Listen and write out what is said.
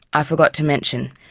i forgot to mention,